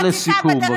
אל תתערב.